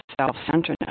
self-centeredness